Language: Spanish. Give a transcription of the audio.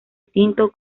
tinto